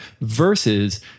versus